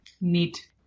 Neat